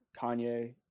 Kanye